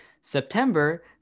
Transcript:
september